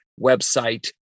website